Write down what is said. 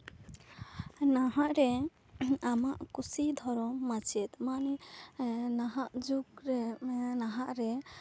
ᱱᱟᱦᱟᱜ ᱨᱮ ᱟᱢᱟᱜ ᱠᱩᱥᱤ ᱫᱷᱚᱨᱚᱢ ᱢᱟᱪᱮᱫ ᱢᱟᱱᱮ ᱱᱟᱦᱟᱜ ᱡᱩᱜᱽᱨᱮ ᱢᱟᱱᱮ ᱱᱟᱦᱟᱜ ᱨᱮ